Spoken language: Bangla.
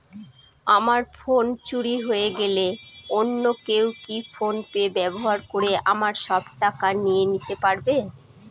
আমার ফোন চুরি হয়ে গেলে অন্য কেউ কি ফোন পে ব্যবহার করে আমার সব টাকা নিয়ে নিতে পারবে?